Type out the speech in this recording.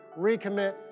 recommit